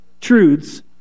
truths